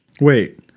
Wait